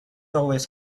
always